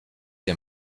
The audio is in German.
der